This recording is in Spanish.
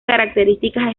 características